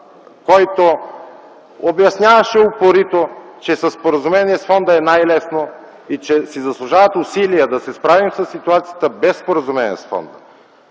упорито обясняваше, че със споразумение с Фонда е най-лесно и че си заслужава усилието да се справим със ситуацията без споразумение с Фонда.